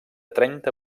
trenta